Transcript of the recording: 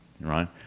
right